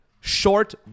short